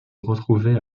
retrouvées